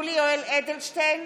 אדלשטיין,